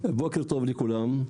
בוקר טוב לכולם.